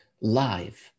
live